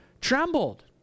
trembled